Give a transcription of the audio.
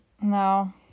No